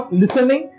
listening